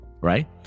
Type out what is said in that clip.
right